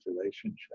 relationship